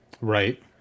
right